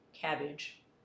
Cabbage